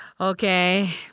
okay